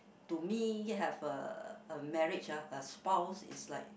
to me have uh a marriage ah a spouse is like